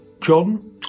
John